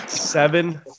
Seven